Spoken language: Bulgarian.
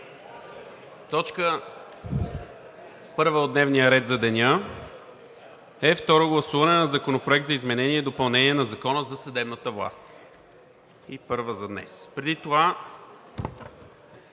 Точка първа от дневния ред за деня е: Второ гласуване на Законопроекта за изменение и допълнение на Закона за съдебната власт, и първа за днес. Преди това